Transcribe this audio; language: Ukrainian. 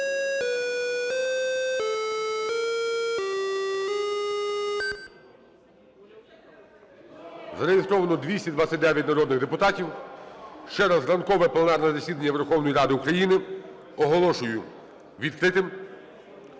Зареєстровано 229 народних депутатів. Ще раз, ранкове пленарне засідання Верховної Ради України оголошую відкритим.